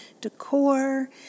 decor